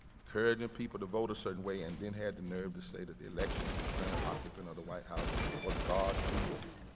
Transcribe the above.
encouraging people to vote a certain way and then had the nerve to say that the election of the current occupant of the white house was god's will.